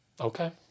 Okay